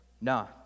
No